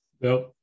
No